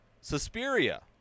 Suspiria